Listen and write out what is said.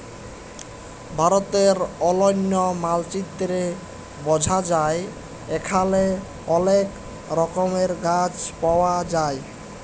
ভারতের অলন্য মালচিত্রে বঝা যায় এখালে অলেক রকমের গাছ পায়া যায়